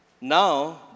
Now